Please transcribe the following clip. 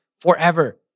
forever